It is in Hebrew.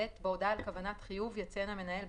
(ב) בהועדה על כוונת חיוב יציין המנהל,